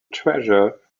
treasure